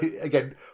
Again